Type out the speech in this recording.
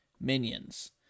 minions